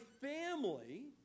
family